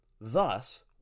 Thus